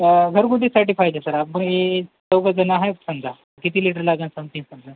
तर घरगुतीसाठी पाहिजे सर आपले चौघजणं आहेत समजा किती लिटर लागेल समथिंग समजा